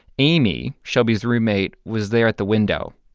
amy, shelby's roommate, was there at the window,